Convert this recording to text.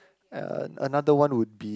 ya another one would be